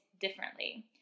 differently